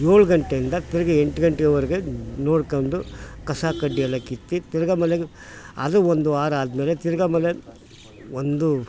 ಏಳು ಗಂಟೆಯಿಂದ ತಿರ್ಗಿ ಎಂಟು ಗಂಟೆವರೆಗೆ ನೋಡ್ಕೊಂಡು ಕಸ ಕಡ್ಡಿಯೆಲ್ಲ ಕಿತ್ತು ತಿರ್ಗಿ ಆಮೇಲೆ ಅದು ಒಂದು ವಾರ ಆದಮೇಲೆ ತಿರ್ಗಿ ಆಮೇಲೆ ಒಂದು